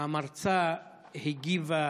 המרצה הגיבה